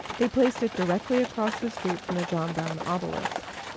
they placed it directly across the street from the john brown ah obelisk.